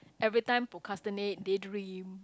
everytime procrastinate day dream